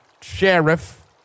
sheriff